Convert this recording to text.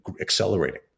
accelerating